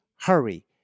hurry